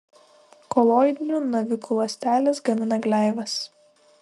koloidinių navikų ląstelės gamina gleives